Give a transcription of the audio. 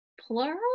plural